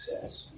success